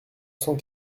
cent